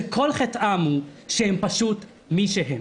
שכל חטאם הוא שהם פשוט מי שהם.